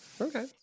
okay